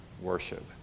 worship